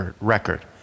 record